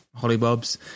Hollybobs